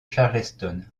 charleston